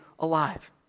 alive